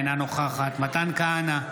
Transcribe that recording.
אינה נוכחת מתן כהנא,